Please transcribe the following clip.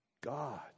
God